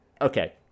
Okay